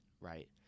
right